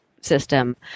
system